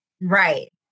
Right